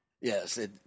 Yes